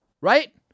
Right